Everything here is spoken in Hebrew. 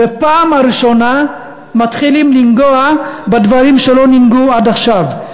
בפעם הראשונה מתחילים לנגוע בדברים שלא ננגעו עד עכשיו,